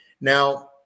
Now